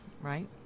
right